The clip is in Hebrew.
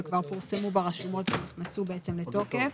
וכבר פורסמו ברשומות ונכנסו כבר לתוקף.